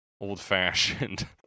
old-fashioned